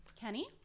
Kenny